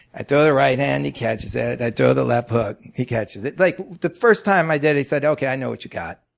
i throw the right hand and he catches it. i throw the left hook, he catches it. like the first time i did it, he said okay, i know what you've got.